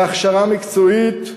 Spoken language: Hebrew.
בהכשרה מקצועית,